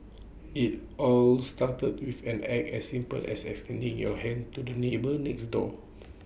IT all started with an act as simple as extending your hand to the neighbour next door